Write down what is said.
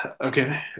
Okay